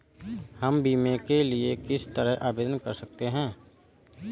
हम बीमे के लिए किस तरह आवेदन कर सकते हैं?